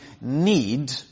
need